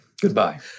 Goodbye